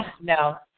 no